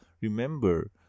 remember